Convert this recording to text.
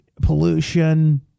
pollution